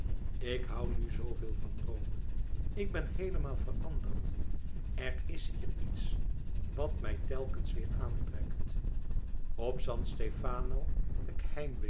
ik hoû nu zoo veel van rome ik ben heelemaal veranderd er is hier iets wat mij telkens weêr aantrekt op san stefano had ik